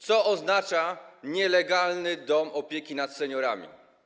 Co oznacza nielegalny dom opieki nad seniorami?